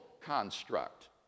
construct